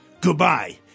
Goodbye